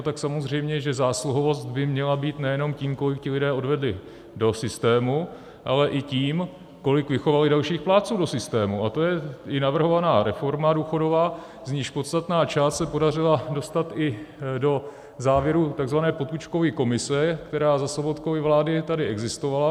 Tak samozřejmě že zásluhovost by měla být nejenom tím, kolik ti lidé odvedli do systému, ale i tím, kolik vychovali dalších plátců do systému, a to je i navrhovaná důchodová reforma, z níž podstatnou část se podařilo dostat i do závěrů takzvané Potůčkovy komise, která za Sobotkovy vlády tady existovala.